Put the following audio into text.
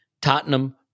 Tottenham